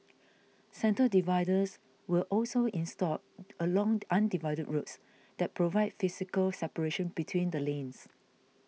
centre dividers were also installed along undivided roads that provide physical separation between the lanes